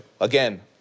again